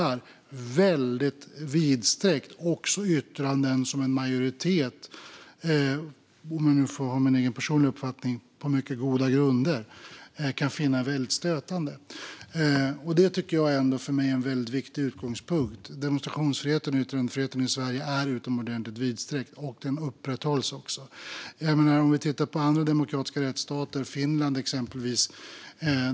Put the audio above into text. Vår rättsordning skyddar vidsträckt, också yttranden som en majoritet på mycket goda grunder - om jag får ha min egen personliga uppfattning - kan finna väldigt stötande. Detta är för mig är en viktig utgångspunkt. Demonstrationsfriheten och yttrandefriheten i Sverige är utomordentligt vidsträckt och upprätthålls också. Vi kan titta på andra demokratiska rättsstater, exempelvis Finland.